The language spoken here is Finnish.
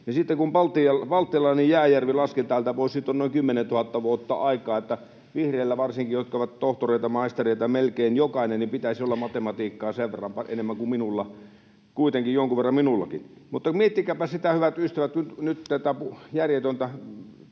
siitä, kun balttilainen jääjärvi laski täältä pois, on noin 10 000 vuotta aikaa, niin vihreillä varsinkin, jotka ovat tohtoreita, maistereita melkein jokainen, pitäisi olla matematiikkaa sen verran enemmän kuin minulla — kuitenkin jonkun verran minullakin. Miettikääpä sitä, hyvät ystävät, kun tätä järjetöntä